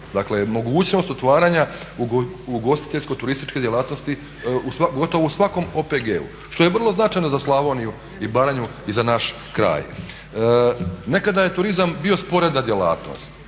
dakle mogućnost otvaranja ugostiteljsko turističke djelatnosti gotovo u svakom OPG-u, što je vrlo značajno za Slavoniju i Baranju i za naš kraj. Nekada je turizam bio sporedna djelatnost,